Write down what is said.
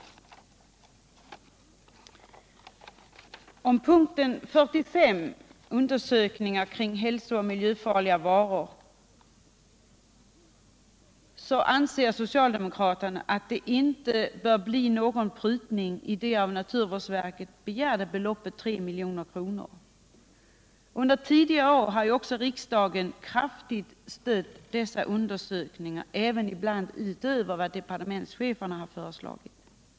I fråga om punkten 45, undersökningar kring hälsooch miljöfarliga varor, anser socialdemokraterna att det inte bör bli någon prutning på det av naturvårdsverket begärda beloppet 3 milj.kr. Under tidigare år har riksdagen kraftigt stött dessa undersökningar, ibland utöver vad departementschefen har föreslagit.